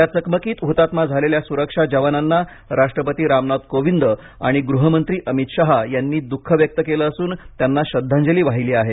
या चकमकीत हुतात्मा झालेल्या सुरक्षा जवानांना राष्ट्रपती रामनाथ कोविंद आणि गृहमंत्री अमित शहा यांनी दुख व्यक्त केलं असून त्यांना श्रद्धांजली वाहिली आहे